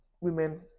women